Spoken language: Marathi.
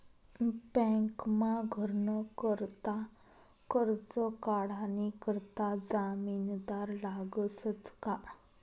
बँकमा घरनं करता करजं काढानी करता जामिनदार लागसच का